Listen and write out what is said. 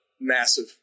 massive